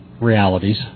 realities